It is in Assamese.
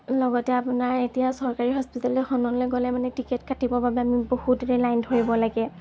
লগতে আপোনাৰ এতিয়া চৰকাৰী হস্পিতাল এখনলৈ গ'লে মানে টিকেট কাটিবৰ বাবে আমি বহুত দেৰি লাইন ধৰিব লাগে